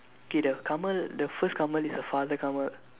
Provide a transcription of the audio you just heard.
okay the Kamal the first Kamal is the father Kamal